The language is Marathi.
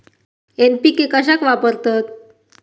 एन.पी.के कशाक वापरतत?